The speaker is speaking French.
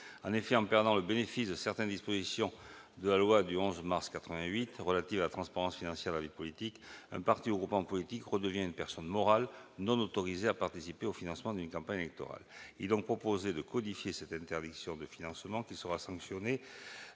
En effet, en perdant le bénéfice de certaines dispositions de la loi du 11 mars 1988 relative à la transparence financière de la vie politique, un parti ou groupement politique redevient une personne morale non autorisée à participer au financement d'une campagne électorale. Il est donc proposé de codifier cette interdiction de financement, qui sera sanctionnée